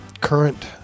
current